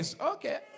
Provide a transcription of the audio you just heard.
okay